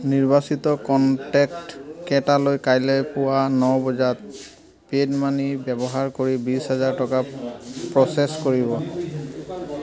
নিৰ্বাচিত কণ্টেক্টকেইটালৈ কাইলৈ পুৱা ন বজাত পেইউ মানি ব্যৱহাৰ কৰি বিছ হেজাৰ টকা প্ৰ'চেছ কৰিব